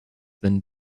than